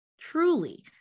truly